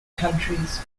countries